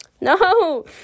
No